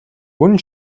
гүн